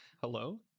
Hello